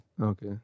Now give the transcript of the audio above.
Okay